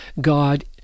God